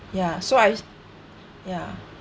ya so I ya